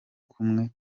kumwe